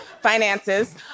finances